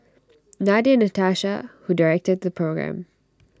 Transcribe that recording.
Nadia Natasha who directed the programme